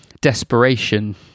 desperation